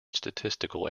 statistical